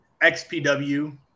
XPW